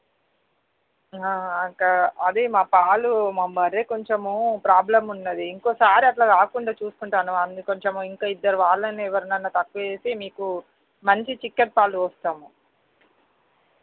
అది మా పాలు మా బర్రె కొంచెము ప్రాబ్లం ఉన్నది ఇంకోసారి అట్లా కాకుండా చూసుకుంటాను అ మీరు కొంచెం ఇద్దరి వాళ్ళని ఎవరినైనా పంపిస్తే మీకు మంచి చిక్కటి పాలు పోస్తాను